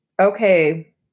Okay